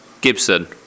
Gibson